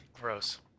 Gross